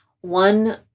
one